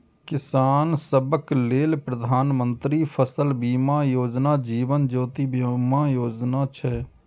किसान सभक लेल प्रधानमंत्री फसल बीमा योजना, जीवन ज्योति बीमा योजना छै